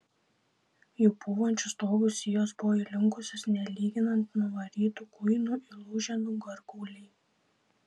jų pūvančių stogų sijos buvo įlinkusios nelyginant nuvarytų kuinų įlūžę nugarkauliai